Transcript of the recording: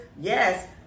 yes